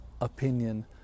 opinion